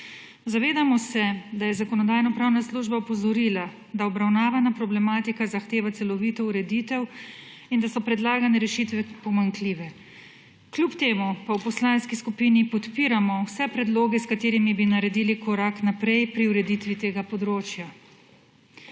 Zavedamo se, da je Zakonodajno-pravna služba opozorila, da obravnavana problematika zahteva celovito ureditev in da so predlagane rešitve pomanjkljive. Kljub temu pa v poslanski skupini podpiramo vse predloge, s katerimi bi naredili korak naprej pri ureditvi tega področja.